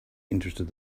interested